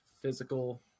physical